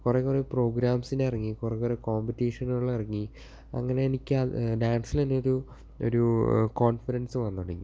കുറെ കുറെ പ്രോഗ്രാംസിന് ഇറങ്ങി കുറെ കുറെ കോംപറ്റീഷനുകളിൽ ഇറങ്ങി അങ്ങനെ എനിക്ക് ഡാൻസിനു തന്നെ ഒരു ഒരു കോൺഫിഡൻസ് വന്നു തുടങ്ങി